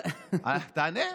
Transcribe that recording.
תענה.